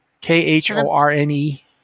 K-H-O-R-N-E